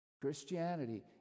Christianity